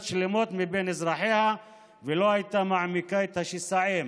שלמות מבין אזרחיה ולא הייתה מעמיקה את השסעים